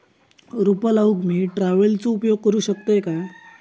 रोपा लाऊक मी ट्रावेलचो उपयोग करू शकतय काय?